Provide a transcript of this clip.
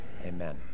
Amen